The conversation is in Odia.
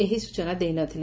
ଏହି ସ୍ଚନା ଦେଇନଥିଲେ